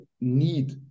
need